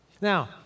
Now